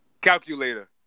calculator